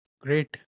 great